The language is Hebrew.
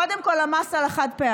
קודם כול, המס על החד-פעמי,